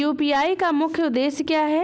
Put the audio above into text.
UPI का मुख्य उद्देश्य क्या है?